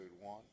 one